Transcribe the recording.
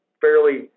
fairly